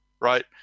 right